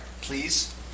Please